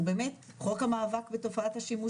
הוא באמת חוק המאבק בתופעת השימוש